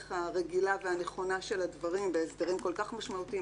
הרגילה והנכונה של הדברים בהסדרים כל כך משמעותיים,